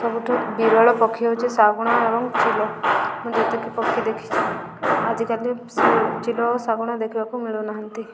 ସବୁଠୁ ବିରଳ ପକ୍ଷୀ ହେଉଛି ଶାଗୁଣ ଏବଂ ଚିଲ ମୁଁ ଯେତିକି ପକ୍ଷୀ ଦେଖିଛି ଆଜିକାଲି ଚିଲ ଓ ଶାଗୁଣ ଦେଖିବାକୁ ମିଳୁନାହାନ୍ତି